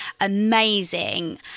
amazing